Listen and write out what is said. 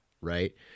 Right